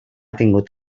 tingut